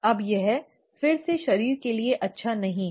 अब यह फिर से शरीर के लिए अच्छा नहीं है